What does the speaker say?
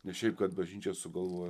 ne šiaip kad bažnyčia sugalvojo